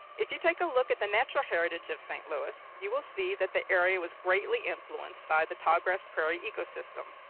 if you take a look at the natural heritage of st. louis, you will see that the area was greatly influenced by the tallgrass prairie ecosystem.